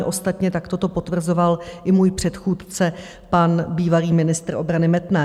Ostatně takto to potvrzoval i můj předchůdce, pan bývalý ministr obrany Metnar.